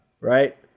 Right